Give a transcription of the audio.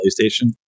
PlayStation